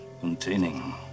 containing